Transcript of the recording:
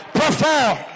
perform